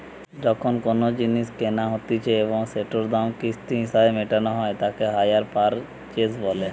যখন কোনো জিনিস কেনা হতিছে এবং সেটোর দাম কিস্তি হিসেবে মেটানো হই তাকে হাইয়ার পারচেস বলতিছে